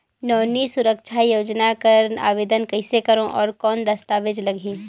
नोनी सुरक्षा योजना कर आवेदन कइसे करो? और कौन दस्तावेज लगही?